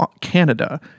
Canada